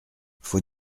faut